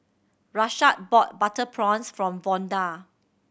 Rashad bought butter prawns from Vonda